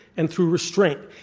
and through restraint,